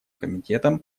комитетом